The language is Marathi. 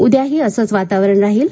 उद्याही असंच वातावरण राहील